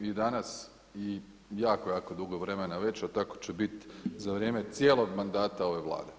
I danas i jako, jako dugo vremena već a tako će biti za vrijeme cijelog mandata ove Vlade.